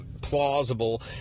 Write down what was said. plausible